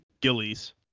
Gillies